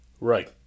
Right